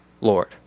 Lord